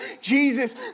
Jesus